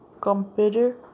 computer